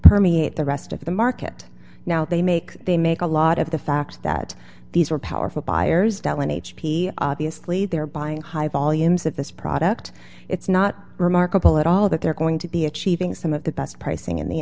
permeate the rest of the market now they make they make a lot of the fact that these are powerful buyers dell and h p obviously they're buying high volumes of this product it's not remarkable at all that they're going to be achieving some of the best pricing in the